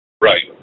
Right